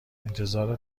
انتظار